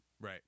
Right